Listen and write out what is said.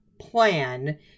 plan